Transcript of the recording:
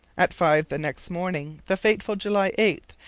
at five the next morning, the fateful july eight,